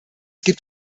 gibt